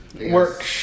work